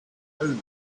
owner